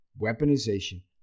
weaponization